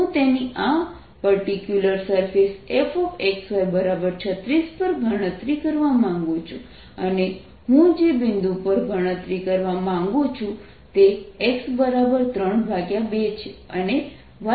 હું તેની આ પર્ટીક્યુલર સરફેસ fxy36 પર ગણતરી કરવા માંગુ છું અને હું જે બિંદુ પર ગણતરી કરવા માંગું છું તે x 32 છે અને y 3 છે